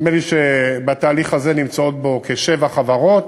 ונדמה לי שבתהליך הזה נמצאו כשבע חברות